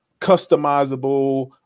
customizable